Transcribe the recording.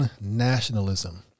Nationalism